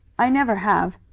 i never have.